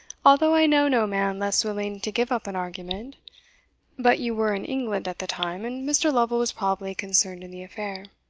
although i know no man less willing to give up an argument but you were in england at the time, and mr. lovel was probably concerned in the affair.